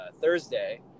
Thursday